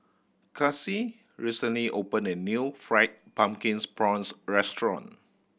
Kaci recently opened a new Fried Pumpkin Prawns restaurant